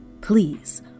Please